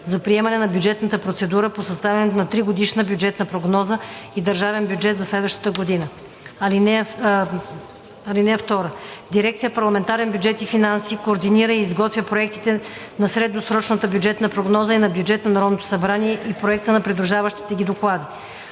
за приемане на бюджетната процедура по съставянето на тригодишна бюджетна прогноза и държавен бюджет за следващата година. (2) Дирекция „Парламентарен бюджет и финанси“ координира и изготвя проектите на средносрочната бюджетна прогноза и на бюджет на Народното събрание и проекта на придружаващите ги доклади.